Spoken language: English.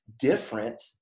different